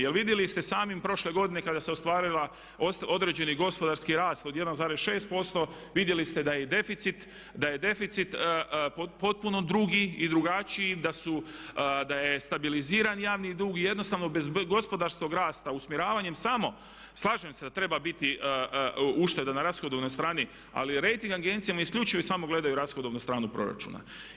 Jer vidjeli ste sami prošle godine kada se ostvario određeni gospodarski rast od 1,6% vidjeli ste da je i deficit potpuno drugi i drugačiji, da je stabiliziran javni dug i jednostavno bez gospodarskog rasta usmjeravanjem samo, slažem se da treba biti ušteda na rashodovnoj strani ali rejting agencije isključivo i samo gledaju rashodovnu stranu proračuna.